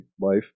life